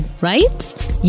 right